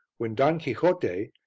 when don quixote,